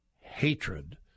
hatred